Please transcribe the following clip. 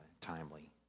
timely